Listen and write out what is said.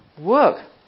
work